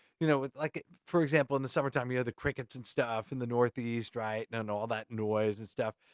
you know like, for example in the summertime, yeah the crickets and stuff in the northeast, right? you know all that noise and stuff.